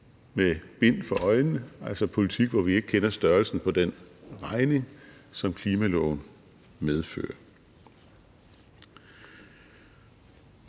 med bind for øjnene, altså politik hvor vi ikke kender størrelsen på den regning, som klimaloven medfører.